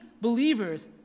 believers